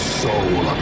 soul